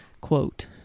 quote